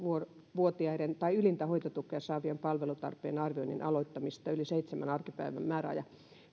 vuotiaiden tai ylintä hoitotukea saavien palvelutarpeen arvioinnin aloittamista yli seitsemän arkipäivän määräajan